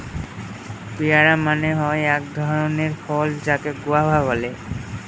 পেয়ারা মানে হয় এক ধরণের ফল যাকে গুয়াভা বলে